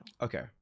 Okay